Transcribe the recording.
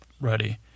ready